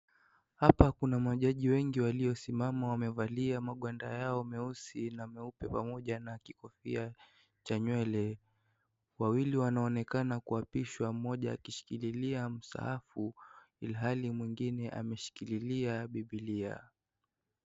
Hapa kuna majaji wengi waliosimama wamevalia magwanda yao meusi na meupe pamoja na kikofia cha nywele. Wawili wanaonekana kuapishwa, mmoja akishikililia msahafu ilhali mwingine ameshikilia Biblia.